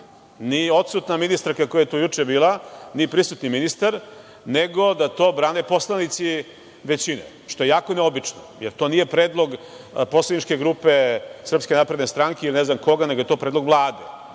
ni odsutna ministarka koja je tu juče bila, ni prisutni ministar, nego da to brane poslanici većine, što je jako neobično. Jer, to nije predlog poslaničke grupe SNS ili ne znam koga nego je to predlog Vlade.